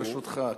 ברשותך,